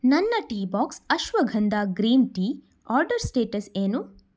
ನನ್ನ tea box ashwagandha green tea order status ಏನು